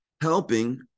Helping